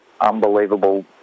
unbelievable